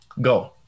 Go